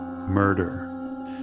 murder